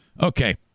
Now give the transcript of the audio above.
Okay